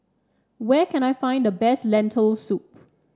where can I find the best Lentil Soup